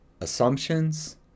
assumptions